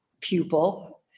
pupil